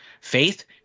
Faith